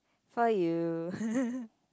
for you